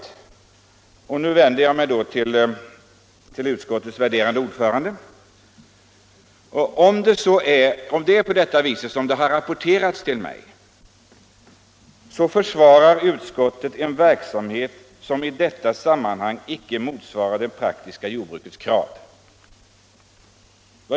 Om det är så — och här vänder jag mig till utskottets värderade ordförande — som det har rapporterats till mig, så försvarar utskottet en verksamhet som icke motsvarar det praktiska jordbrukets krav.